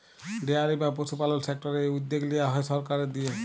dairy বা পশুপালল সেক্টরের এই উদ্যগ লিয়া হ্যয় সরকারের দিঁয়ে